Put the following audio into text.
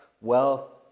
wealth